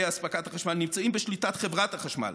נמצאים בשליטת חברת החשמל.